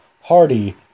Hardy